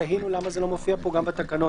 תהינו למה זה לא מופיע פה גם בתקנות.